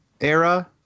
era